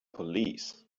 police